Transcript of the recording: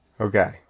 Okay